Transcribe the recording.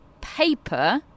paper